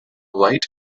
light